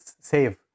save